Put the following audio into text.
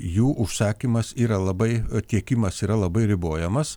jų užsakymas yra labai tiekimas yra labai ribojamas